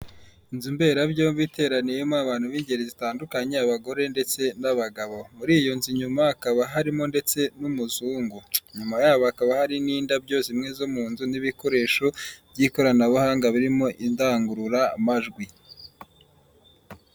Inzu mberabyombi, iteraniyemo abantu b'ingeri zitandukanye, abagore, ndetse n'abagabo, muri iyo nzu inyuma hakaba harimo ndetse n'umuzungu, inyuma yabo hakaba hari n'indabyo zimwe zo mu nzu, n'ibikoresho by'ikoranabuhanga birimo indangururamajwi.